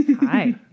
Hi